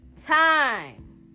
time